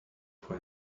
for